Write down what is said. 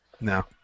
no